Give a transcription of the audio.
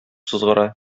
сызгыра